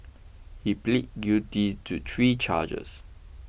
he plead guilty to three charges